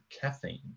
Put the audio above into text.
caffeine